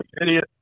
idiot